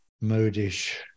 modish